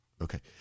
Okay